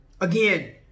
Again